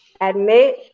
admit